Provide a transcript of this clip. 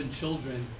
children